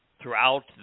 throughout